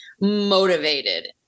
motivated